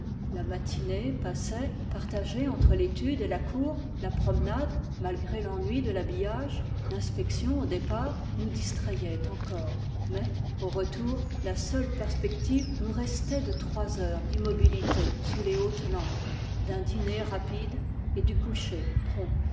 la matinée passait partagée entre l'étude et la cour la promenade malgré l'ennui de l'habillage l'inspection au départ nous distrayait encore mais au retour la seule perspective nous restait de trois heures d'immobilité sous les hautes lampes d un diner rapide et du coucher